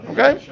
Okay